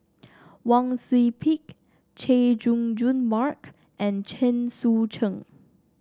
Wang Sui Pick Chay Jung Jun Mark and Chen Sucheng